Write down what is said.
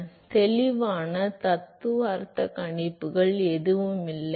எனவே தெளிவான தத்துவார்த்த கணிப்புகள் எதுவும் இல்லை